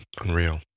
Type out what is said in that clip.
unreal